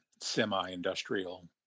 semi-industrial